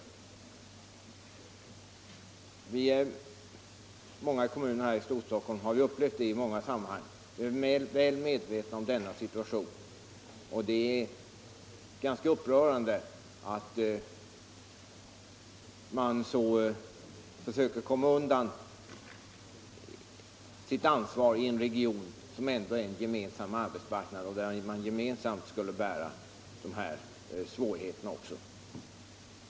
Vi har i flera kommuner här i Storstockholm upplevt det i många sammanhang. Det är ganska upprörande att man försöker komma undan sitt ansvar i en region som ändå är en gemensam arbetsmarknad där alla gemensamt borde bära också de här svårigheterna. den det ej vill röstar nej. den det ej vill röstar nej.